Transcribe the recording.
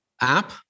app